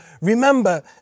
remember